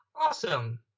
Awesome